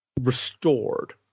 restored